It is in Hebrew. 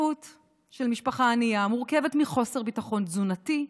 המציאות של משפחה ענייה מורכבת מחוסר ביטחון תזונתי,